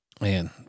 Man